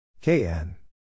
Kn